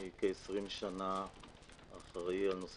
אני כעשרים שנה אחראי על נושא